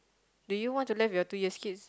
do you want to left your two years kids